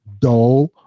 dull